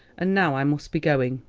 and now i must be going.